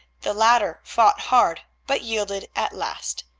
the latter fought hard, but yielded at last.